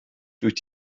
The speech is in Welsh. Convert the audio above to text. dwyt